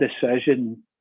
decision